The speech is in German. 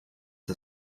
der